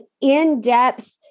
in-depth